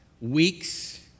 weeks